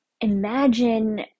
imagine